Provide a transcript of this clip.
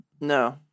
No